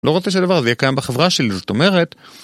לא רוצה שדבר הזה יהיה קיים בחברה שלי, זאת אומרת...